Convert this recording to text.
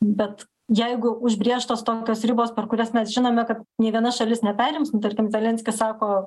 bet jeigu užbrėžtos tokios ribos per kurias mes žinome kad nei viena šalis neperims nu tarkim zelenskis sako